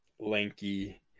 lanky